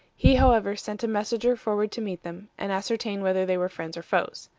he, however, sent a messenger forward to meet them, and ascertain whether they were friends or foes.